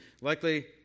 likely